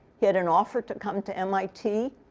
he had an offer to come to mit,